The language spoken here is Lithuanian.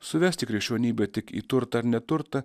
suvesti krikščionybę tik į turtą ar neturtą